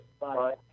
Bye